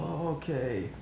Okay